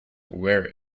wear